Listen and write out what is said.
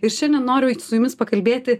ir šiandien noriu su jumis pakalbėti